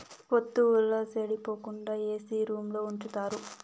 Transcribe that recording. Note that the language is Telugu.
వత్తువుల సెడిపోకుండా ఏసీ రూంలో ఉంచుతారు